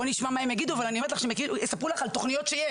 בואי נשמע מה הם יגידו אבל אני אומרת לך שהם יספרו לך על תוכנית שיש,